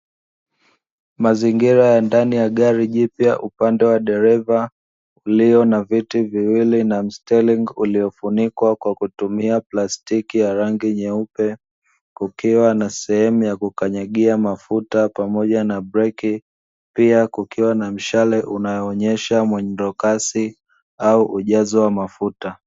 Mazingira ya ndani ya gari jipya upande wa dereva ulio na viti viwili na msteringi uliofunikwa kwa kutumia plastiki ya rangi nyeupe kukiwa na sehemu ya kukanyagia mafuta pamoja na breki. Pia kukiwa na mshale unayoonyesha mwendokasi au ujazo wa mafuta.